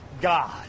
God